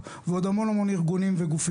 ואם אני אראה שאין כאן אנשים שלוקחים